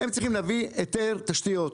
הם צריכים להביא היתר תשתיות.